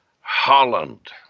Holland